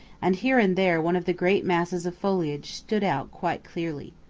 and here and there one of the great masses of foliage stood out quite clearly.